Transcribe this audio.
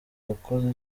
uwakoze